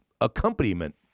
accompaniment